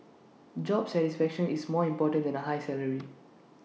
job satisfaction is more important than A high salary